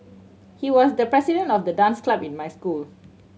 he was the president of the dance club in my school